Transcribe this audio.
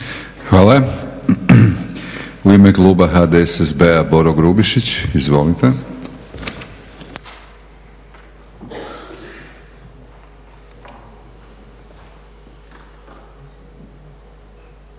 Hvala. U ime kluba HDSSB-a Boro Grubišić. Izvolite.